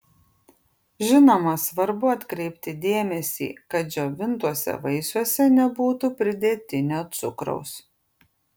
žinoma svarbu atkreipti dėmesį kad džiovintuose vaisiuose nebūtų pridėtinio cukraus